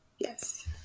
Yes